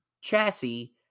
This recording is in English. chassis